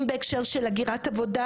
אם זה בהקשר של הגירת עבודה,